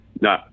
No